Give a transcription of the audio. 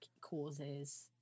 causes